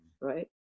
right